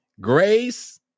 Grace